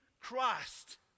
Christ